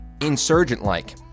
insurgent-like